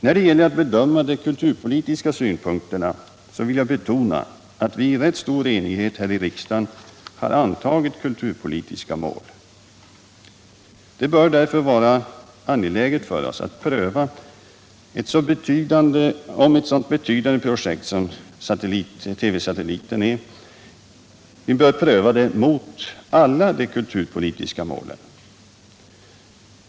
När det gäller att bedöma de kulturpolitiska synpunkterna har vi i rätt stor enighet här i riksdagen antagit kulturpolitiska mål. Det bör därför vara angeläget för oss att pröva ett så betydande projekt som TV-satelliten mot alla de kulturpolitiska målen.